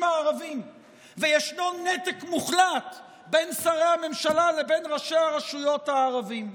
הערביים וישנו נתק מוחלט בין שרי הממשלה לבין ראשי הרשויות הערבים.